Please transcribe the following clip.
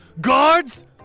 Guards